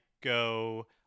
go